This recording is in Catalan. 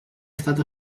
estat